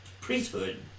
priesthood